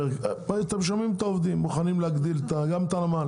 אתם שומעים את העובדים מוכנים להגדיל את העובדים,